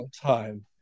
time